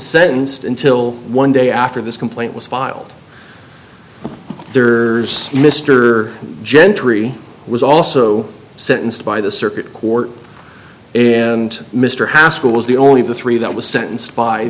sentenced until one day after this complaint was filed there's mr gentry was also sentenced by the circuit court and mr haskell was the only of the three that was